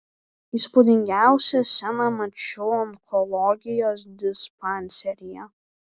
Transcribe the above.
įspūdingiausią sceną mačiau onkologijos dispanseryje